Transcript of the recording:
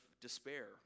despair